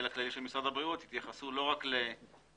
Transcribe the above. הכללי של משרד הבריאות יתייחסו לא רק לנוכחים